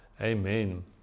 Amen